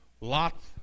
lots